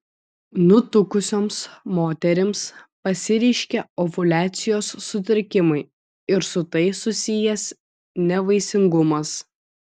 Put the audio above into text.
nutukusioms moterims pasireiškia ovuliacijos sutrikimai ir su tai susijęs nevaisingumas